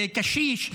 בקשיש,